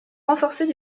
renforcées